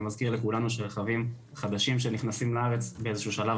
אני מזכיר לכולנו שרכבים חדשים שנכנסים לארץ באיזה שהוא שלב